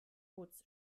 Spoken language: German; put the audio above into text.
boots